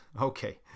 Okay